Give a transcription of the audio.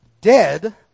dead